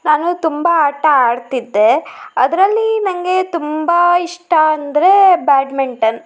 ನಾನು ತುಂಬ ಆಟ ಆಡ್ತಿದ್ದೆ ಅದರಲ್ಲಿ ನನಗೆ ತುಂಬ ಇಷ್ಟ ಅಂದರೆ ಬ್ಯಾಡ್ಮಿಂಟನ್